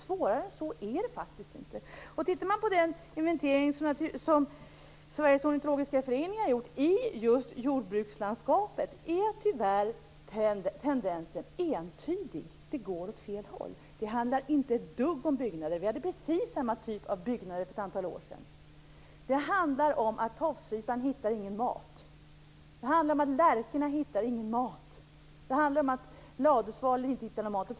Svårare än så är det faktiskt inte. Tittar man på den inventering som Sveriges ornitologiska förening har gjort i just jordbrukslandskapet ser man att tendensen tyvärr är entydig: Det går åt fel håll. Det handlar inte ett dugg om byggnader. Vi hade precis samma typ av byggnader för ett antal år sedan. Det handlar om att tofsvipan inte hittar någon mat. Det handlar om att lärkorna inte hittar någon mat. Det handlar om att ladusvalorna inte hittar någon mat.